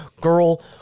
girl